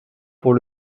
pour